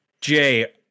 Jay